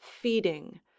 feeding